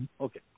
okay